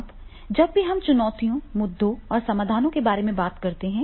अब जब भी हम चुनौतियों मुद्दों और समाधानों के बारे में बात करते हैं